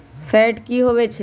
Fat की होवछै?